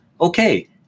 Okay